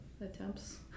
attempts